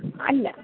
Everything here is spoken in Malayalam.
അല്ല